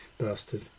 Bastard